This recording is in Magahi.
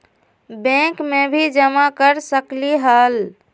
बैंक में भी जमा कर सकलीहल?